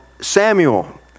Samuel